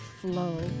flow